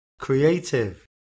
Creative